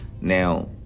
Now